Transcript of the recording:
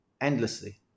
endlessly